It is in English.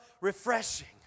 refreshing